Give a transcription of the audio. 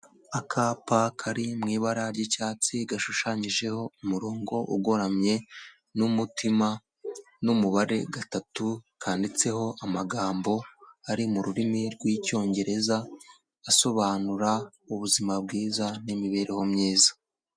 Akapa kari mu ibara ry'icyatsi gashushanyijeho umurongo ugoramye n'umutima n'umubare gatatu, kanditseho amagambo ari mu rurimi rw'Icyongereza asobanura ubuzima bwiza n'imibereho myiza.